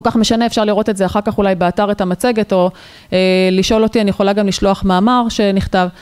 כל כך משנה, אפשר לראות את זה אחר כך אולי באתר את המצגת, או לשאול אותי, אני יכולה גם לשלוח מאמר שנכתב.